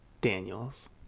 Daniels